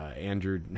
Andrew